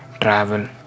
travel